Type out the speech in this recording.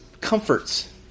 comforts